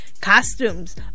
costumes